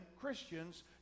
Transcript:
Christians